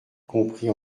comprit